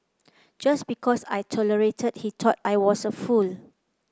just because I tolerated he thought I was a fool